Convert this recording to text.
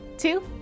Two